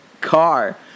car